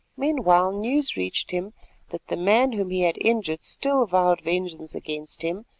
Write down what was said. meanwhile news reached him that the man whom he had injured still vowed vengeance against him,